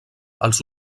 els